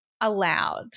allowed